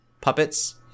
puppets